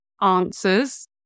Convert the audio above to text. answers